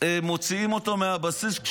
מוציאים אותו מהבסיס.